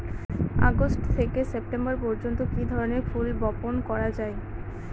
August থেকে September পর্যন্ত কি ধরনের ফুল বপন করা যায়?